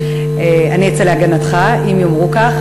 אני אצא להגנתך אם יאמרו כך.